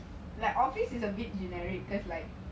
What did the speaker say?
like office is a bit generic because like